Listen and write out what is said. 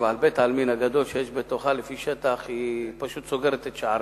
1. האם מידע זה נכון?